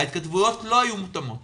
ההתכתבויות לא היו מותאמות,